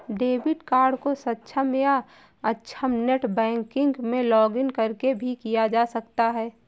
debit card को सक्षम या अक्षम नेट बैंकिंग में लॉगिंन करके भी किया जा सकता है